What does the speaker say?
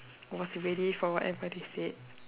was ready for whatever they said